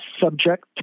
subject